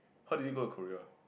how do you go to Korea